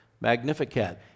Magnificat